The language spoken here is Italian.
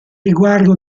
riguardo